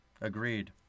Agreed